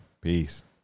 peace